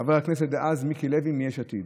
חבר הכנסת דאז מיקי לוי מיש עתיד.